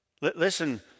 Listen